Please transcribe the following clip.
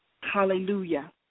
Hallelujah